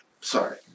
Sorry